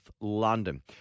London